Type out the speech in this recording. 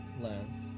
Lance